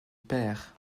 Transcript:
père